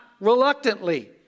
reluctantly